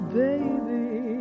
baby